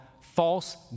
false